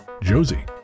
Josie